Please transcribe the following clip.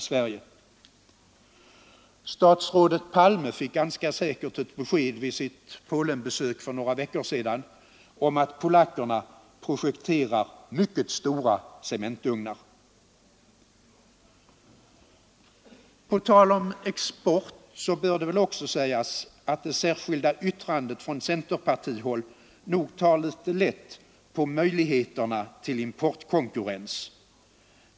Statsminister Palme fick säkert ett besked vid sitt Polenbesök för några veckor sedan att polackerna projekterar mycket stora cementugnar. På tal om export bör det också sägas, att det särskilda yttrandet från centerpartihåll nog tar litet lätt på möjligheterna till importkonkurrens.